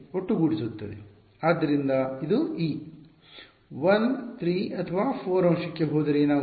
ಆದ್ದರಿಂದ ಇದು e 1 3 ಅಥವಾ 4 ಅಂಶಕ್ಕೆ ಹೋದರೆ ಏನಾಗುತ್ತದೆ